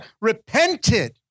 repented